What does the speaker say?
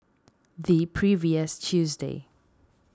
the previous Tuesday